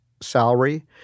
salary